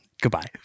goodbye